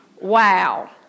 wow